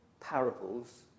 parables